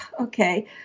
okay